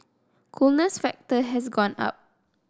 coolness factor has gone up